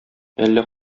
әллә